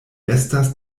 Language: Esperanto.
estas